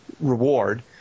reward